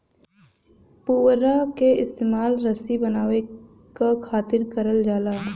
पुवरा क इस्तेमाल रसरी बनावे क खातिर भी करल जाला